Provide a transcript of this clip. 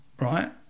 right